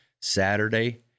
Saturday